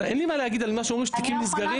אז אין לי מה להגיד על מה שאומרים, תיקים נסגרים.